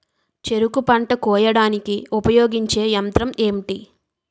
చెరుకు పంట కోయడానికి ఉపయోగించే యంత్రం ఎంటి?